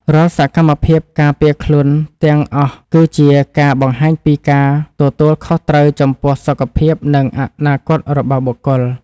រាល់សកម្មភាពការពារខ្លួនទាំងអស់គឺជាការបង្ហាញពីការទទួលខុសត្រូវចំពោះសុខភាពនិងអនាគតរបស់បុគ្គល។